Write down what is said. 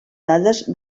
dades